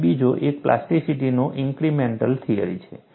અને બીજો એક પ્લાસ્ટિસિટીનો ઇન્ક્રિમેન્ટલ થિયરી છે